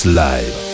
live